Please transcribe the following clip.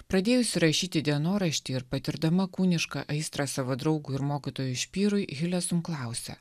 pradėjusi rašyti dienoraštį ir patirdama kūnišką aistrą savo draugui ir mokytojui špyrui hilesum klausia